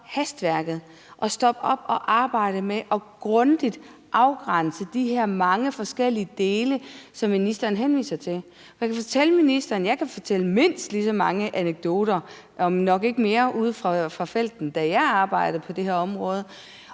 stoppede op og arbejdede med grundigt at afgrænse de her mange forskellige dele, som ministeren henviser til? Jeg kan fortælle ministeren, at jeg kan fortælle mindst lige så mange anekdoter, om ikke flere, ude fra felten, da jeg arbejdede på det her område,